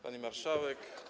Pani Marszałek!